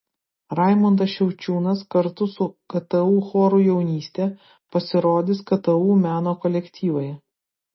raimundas šiaučiūnas kartu su ktu choru jaunystė pasirodys ktu meno kolektyvai